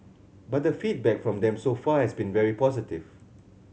but the feedback from them so far has been very positive